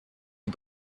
die